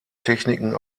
techniken